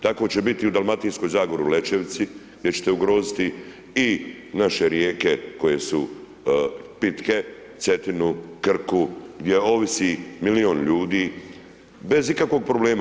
Tako će biti i u Dalmatinskoj zagori u Lećevici gdje ćete ugroziti i naše rijeke koje su pitke Cetinu, Krku, gdje ovisi milijun ljudi bez ikakvog problema.